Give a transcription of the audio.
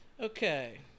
Okay